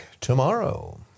tomorrow